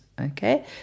Okay